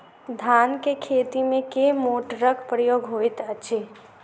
धान केँ खेती मे केँ मोटरक प्रयोग होइत अछि?